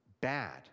bad